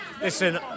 listen